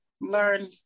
learn